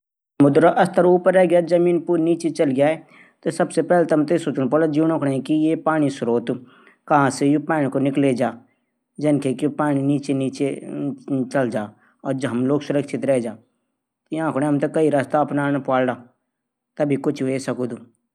कुवी भी खुसी बिना पिडा बिना नी मिल सकदी। जब पिडा हूंदी तभी खुसी क अहसास हूदूं।